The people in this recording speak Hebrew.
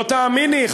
לא תאמיני,